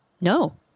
No